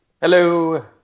Hello